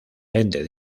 lente